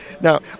Now